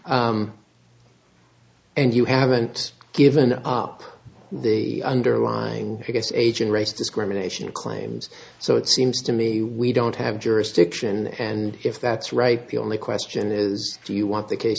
and you haven't given up the underlying biggest agent race discrimination claims so it seems to me we don't have jurisdiction and if that's right the only question is do you want the ca